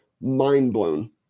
mind-blown